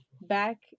back